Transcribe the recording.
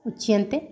उच्यन्ते